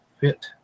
fit